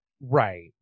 Right